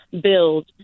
build